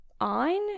on